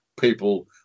People